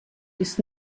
ist